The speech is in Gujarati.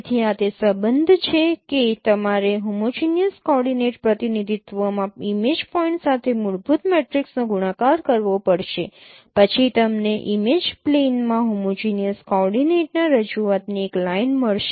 તેથી આ તે સંબંધ છે કે તમારે હોમોજીનીયસ કોઓર્ડિનેટ પ્રતિનિધિત્વમાં ઇમેજ પોઇન્ટ સાથે મૂળભૂત મેટ્રિક્સનો ગુણાકાર કરવો પડશે પછી તમને ઇમેજ પ્લેનમાં હોમોજીનીયસ કોઓર્ડિનેટના રજૂઆત ની એક લાઇન મળશે